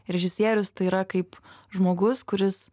režisierius tai yra kaip žmogus kuris